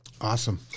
awesome